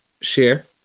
share